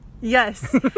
Yes